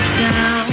down